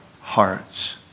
hearts